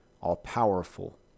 all-powerful